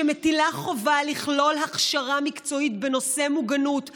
שמטילה חובה לכלול הכשרה מקצועית בנושא מוגנות למורים,